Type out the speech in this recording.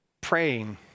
praying